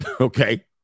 Okay